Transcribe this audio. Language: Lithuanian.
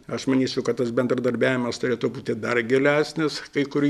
aš manyčiau kad tas bendradarbiavimas turėtų būti dar gilesnis kai kurių